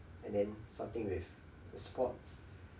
and then second is your sport